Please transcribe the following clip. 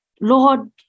Lord